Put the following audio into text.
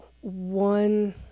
one